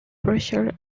pressure